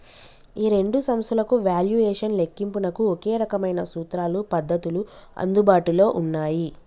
ఈ రెండు సంస్థలకు వాల్యుయేషన్ లెక్కింపునకు ఒకే రకమైన సూత్రాలు పద్ధతులు అందుబాటులో ఉన్నాయి